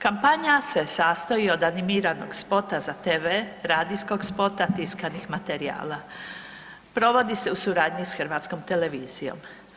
Kampanja se sastoji od animiranog spota za TV, radijskog spota, tiskanih materijala, provodi se u suradnji sa HRT-om.